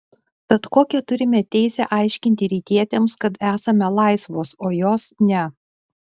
tad kokią turime teisę aiškinti rytietėms kad esame laisvos o jos ne